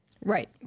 Right